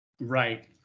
Right